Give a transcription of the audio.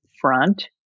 front